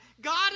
God